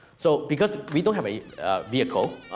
so, because we don't have a vehicle,